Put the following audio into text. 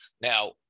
Now